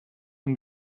and